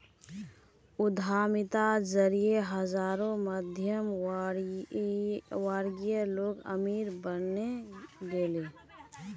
उद्यमिता जरिए हजारों मध्यमवर्गीय लोग अमीर बने गेले